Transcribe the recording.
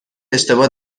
اشتباه